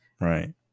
Right